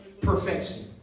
perfection